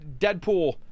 Deadpool